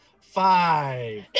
Five